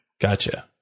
Gotcha